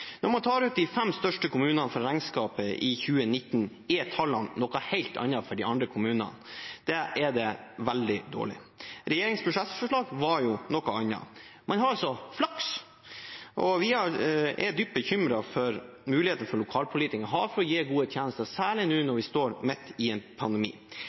Når man tar ut de fem største kommunene fra regnskapet i 2019, er tallene noe helt annet for de andre kommunene. Der er det veldig dårlig. Regjeringens budsjettforslag var noe annet. Man har altså flaks. Og vi er dypt bekymret for muligheten som lokalpolitikerne har til å gi gode tjenester, særlig nå når vi står midt i en pandemi.